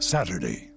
Saturday